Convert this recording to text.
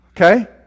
Okay